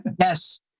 Yes